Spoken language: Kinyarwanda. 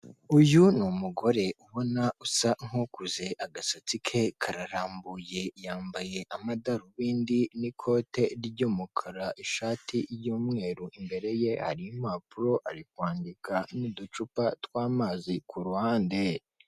Uyu ni umugore ubona usa nk'ukuze agasatsi ke kararambuye, yambaye amadarubindi n'ikote ry'umukara ishati y'umweru, imbere ye hari impapuro ari kwandika n'uducupa tw'amazi ku ruhande.